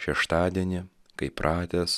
šeštadienį kaip pratęs